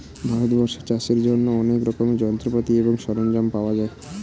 ভারতবর্ষে চাষের জন্য অনেক রকমের যন্ত্রপাতি এবং সরঞ্জাম পাওয়া যায়